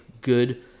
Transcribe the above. good